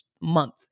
month